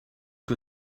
que